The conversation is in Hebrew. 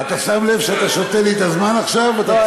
אתה שם לב שאתה שותה לי את הזמן עכשיו, ?